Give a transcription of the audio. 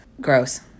gross